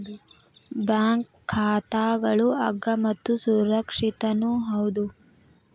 bank ಖಾತಾಗಳು ಅಗ್ಗ ಮತ್ತು ಸುರಕ್ಷಿತನೂ ಹೌದು